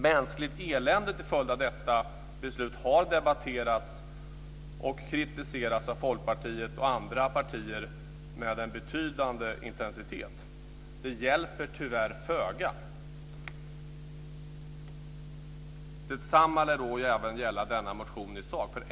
Mänskligt elände till följd av detta beslut har debatterats och kritiserats av Folkpartiet och andra partier med en betydande intensitet. Det hjälper tyvärr föga. Detsamma lär då även gälla denna motion i sak.